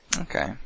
Okay